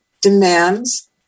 demands